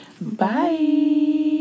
bye